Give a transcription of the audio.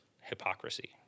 hypocrisy